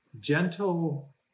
gentle